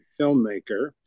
filmmaker